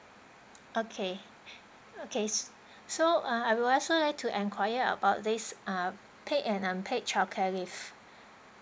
okay okay s~ so uh I would also like to enquire about this ah paid and unpaid childcare leave